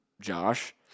Josh